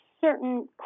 certain